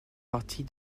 partie